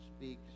speaks